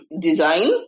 design